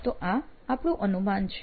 તો આ આપણું અનુમાન છે